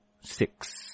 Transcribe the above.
six